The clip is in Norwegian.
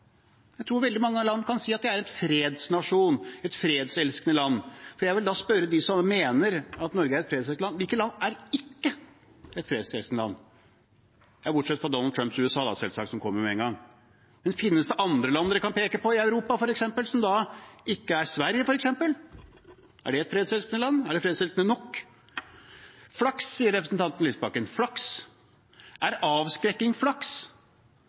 Jeg tror veldig mange land kan si de er en fredsnasjon, et fredselskende land. Jeg vil spørre dem som mener Norge er et fredselskende land: Hvilke land er ikke fredselskende – bortsett fra Donald Trumps USA, selvsagt, som kommer med en gang? Finnes det andre land en kan peke på, f.eks. i Europa, som ikke er det? Er f.eks. Sverige et fredselskende land? Er det fredselskende nok? Flaks, sier representanten Lysbakken. Flaks – er avskrekking flaks?